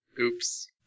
Oops